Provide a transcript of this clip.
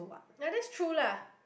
ya that's true lah